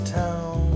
town